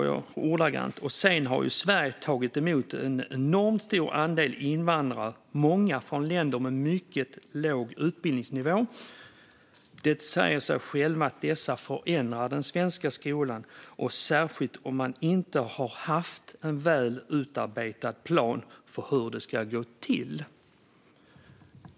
Jag sa: Sedan har ju Sverige tagit emot en enormt stor andel invandrare, många från länder med mycket låg utbildningsnivå. Det säger sig självt att dessa förändrar den svenska skolan, särskilt om man inte har haft en väl utarbetad plan för hur det ska gå till.